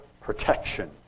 protection